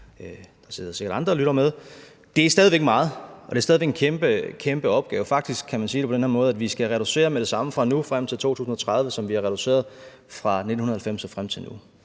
andre, der sikkert sidder og lytter med. Det er stadig meget, og det er stadig væk en kæmpe opgave. Faktisk kan man sige det på den måde, at vi skal reducere med det samme fra nu frem til 2030, som vi har reduceret med fra 1990 og frem til nu.